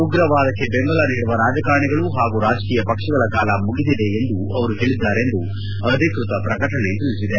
ಉಗ್ರವಾದಕ್ಕೆ ಬೆಂಬಲ ನೀಡುವ ರಾಜಕಾರಣಿಗಳು ಹಾಗೂ ರಾಜಕೀಯ ಪಕ್ಷಗಳ ಕಾಲ ಮುಗಿದಿದೆ ಎಂದು ಅವರು ಹೇಳಿದ್ದಾರೆಂದು ಅಧಿಕೃತ ಪ್ರಕಟಣೆ ತಿಳಿಸಿದೆ